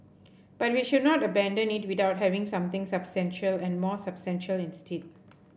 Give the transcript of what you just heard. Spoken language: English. but we should not abandon it without having something substantial and more substantial instead